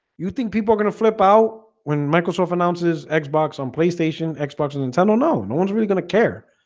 you think people are gonna flip out when microsoft announces xbox on playstation like xbox and nintendo. no, no one's really gonna care